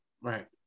Right